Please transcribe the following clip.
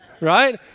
right